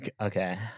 Okay